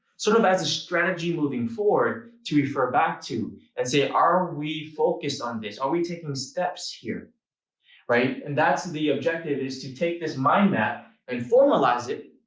sort of as a strategy, moving forward. to refer back to and say, are we focused on this? are we taking steps here right? and that's the objective. it's to take this mind map and formalize it,